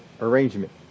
arrangement